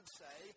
say